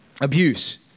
Abuse